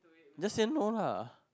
just say no lar